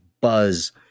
buzz